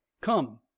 come